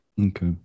Okay